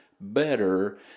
better